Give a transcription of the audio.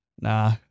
nah